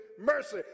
mercy